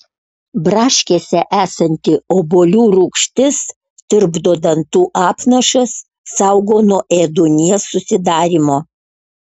braškėse esanti obuolių rūgštis tirpdo dantų apnašas saugo nuo ėduonies susidarymo